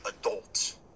adults